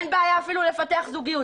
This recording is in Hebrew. אין בעיה אפילו לפתח זוגיות.